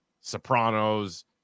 Sopranos